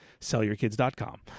sellyourkids.com